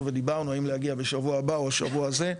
ודיברנו האם להגיע בשבוע הבא או בשבוע הזה,